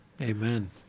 Amen